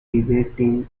debating